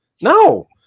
No